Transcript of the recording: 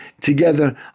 together